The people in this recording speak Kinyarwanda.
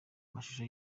amashusho